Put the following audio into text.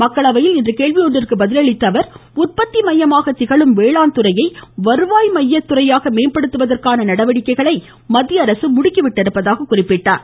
மக்களவையில் இன்று கேள்வி ஒன்றுக்கு பதில் அளித்த அவர் உற்பத்தி மையமாக திகழும் வேளாண் துறையை வருவாய் மைய துறையாக மேம்படுத்துவதற்கான நடவடிக்கைகளை மத்திய அரசு முடுக்கி விட்டிருப்பதாக குறிப்பிட்டார்